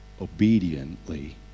obediently